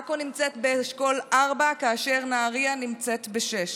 עכו נמצאת באשכול 4 ונהריה נמצאת ב-6.